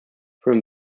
from